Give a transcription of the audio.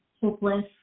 hopeless